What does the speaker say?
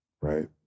right